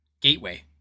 gateway